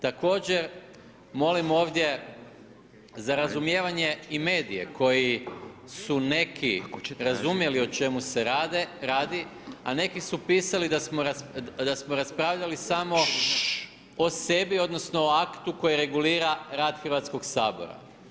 Također, molim ovdje za razumijevanje i medije koji su neki razumjeli o čemu se radi, a neki su pisali da smo raspravljali samo o sebi, odnosno o aktu koji regulira rad Hrvatskog sabora.